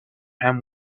him